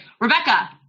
Rebecca